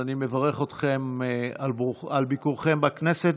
אני מברך אתכן על ביקורכן בכנסת.